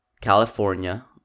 California